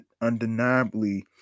undeniably